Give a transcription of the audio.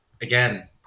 again